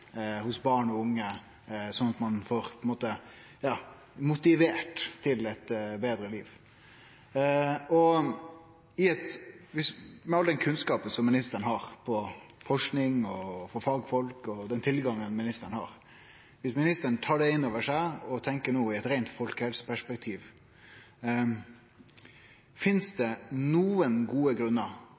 hos barn og unge slik at ein på ein måte får motivert dei til betre liv. Med all den kunnskapen som ministeren har om forsking og den tilgangen han har til fagfolk: Viss ministeren tar det innover seg og tenkjer no i eit reint folkehelseperspektiv, finst det nokre gode grunnar